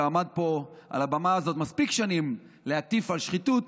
ועמד פה על הבמה הזאת מספיק שנים להטיף על שחיתות,